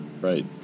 Right